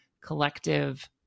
collective